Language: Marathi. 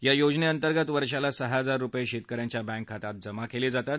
या योजनञितर्गत वर्षाला सहा हजार रुपयशिक्रि यांच्या बँक खात्यात जमा कलज्ञितात